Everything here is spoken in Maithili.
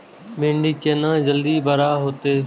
भिंडी केना जल्दी बड़ा होते?